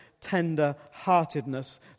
tender-heartedness